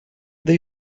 they